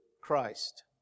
Christ